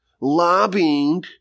lobbying